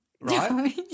right